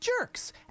Jerks